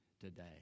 today